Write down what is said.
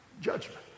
judgment